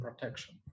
protection